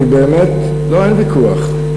אני באמת, יש, יש.